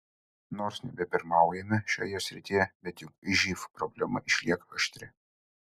nors nebepirmaujame šioje srityje bet juk živ problema išlieka aštri